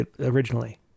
originally